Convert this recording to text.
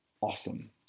awesome